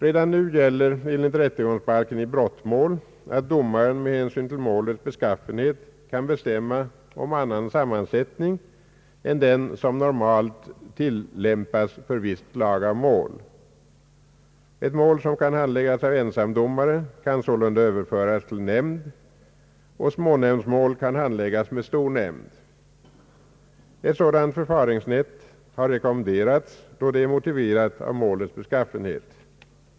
Redan nu gäller enligt rättegångsbalken i brottmål att domaren med hänsyn till målets beskaffenhet kan bestämma om annan sammansättning än den som normalt tillämpas för visst slag av mål. Ett mål som kan handläggas av ensamdomare kan sålunda överföras till nämnd, och smånämndsmål kan handläggas av stor nämnd. Ett sådant förfaringssätt har rekommenderats då det är motiverat av målets beskaffenhet.